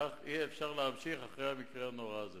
כך אי-אפשר להמשיך, אחרי המקרה הנורא הזה.